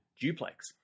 duplex